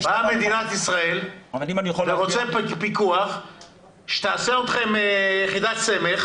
באה מדינת ישראל ורוצה פיקוח - שתעשה אתכם יחידת סמך